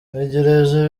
ntegereje